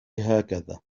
هكذا